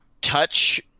touch